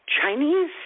Chinese